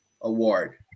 award